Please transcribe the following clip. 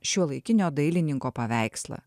šiuolaikinio dailininko paveikslą